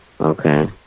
Okay